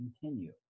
continue